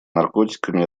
наркотиками